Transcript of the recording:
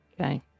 Okay